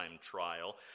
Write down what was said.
trial